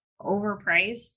overpriced